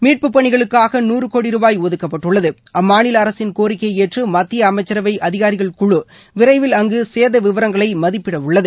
மீட்புப் பணிகளுக்கு நூறு கோடி ரூபாய் ஒதுக்கப்பட்டுள்ளது அம்மாநில அரசின் கோரிக்கையை ஏற்று மத்திய அமைச்சரவை அதிகாரிகள் குழு விரைவில் அங்கு சேத விவரங்களை மதிப்பிடவுள்ளது